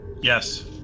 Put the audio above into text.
Yes